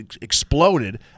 exploded